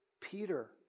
Peter